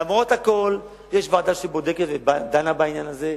למרות הכול, יש ועדה שבודקת ודנה בעניין הזה.